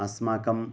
अस्माकं